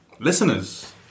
Listeners